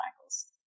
cycles